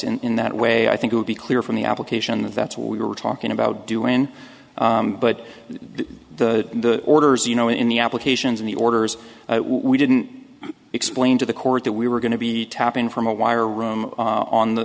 ice in that way i think it would be clear from the application that that's what we were talking about do in but the orders you know in the applications in the orders we didn't explain to the court that we were going to be tapping from a wire room on the